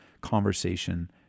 conversation